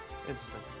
interesting